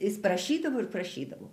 jis prašydavo ir prašydavo